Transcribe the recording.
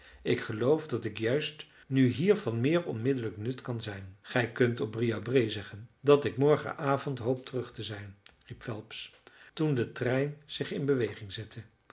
ik geloof dat ik juist nu hier van meer onmiddellijk nut kan zijn gij kunt op briarbrae zeggen dat ik morgen avond hoop terug te zijn riep phelps toen de trein zich in beweging zette